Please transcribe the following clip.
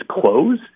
close